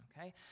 okay